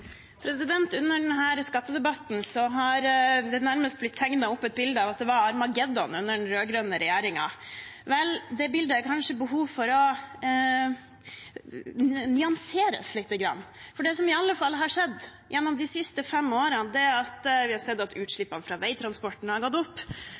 Under denne skattedebatten har det nærmest blitt tegnet et bilde av at det var Harmageddon under den rød-grønne regjeringen. Det bildet er det kanskje behov for å nyansere lite grann. Det som i alle fall har skjedd gjennom de siste fem årene, er at utslippene fra veitransporten har